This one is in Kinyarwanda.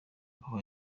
aho